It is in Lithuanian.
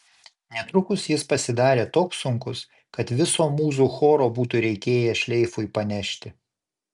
netrukus jis pasidarė toks sunkus kad viso mūzų choro būtų reikėję šleifui panešti